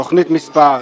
תוכנית מס'